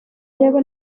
lleva